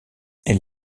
elle